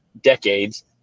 decades